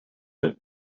that